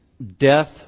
Death